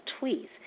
tweets